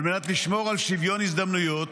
על מנת לשמור על שוויון הזדמנויות,